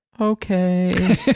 okay